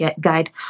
guide